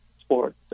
sports